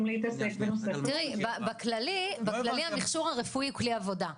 להתעסק בנושא --- תראי בכללי המכשור הרפואי הוא כלי עבודה,